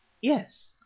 yes